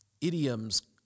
idioms